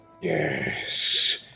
Yes